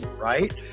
right